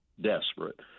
desperate